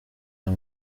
ayo